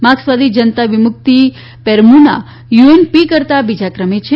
માર્ક્સવાદી Janatha Vimukthi Peramuna UNP કરતાં ત્રીજા ક્રમે છે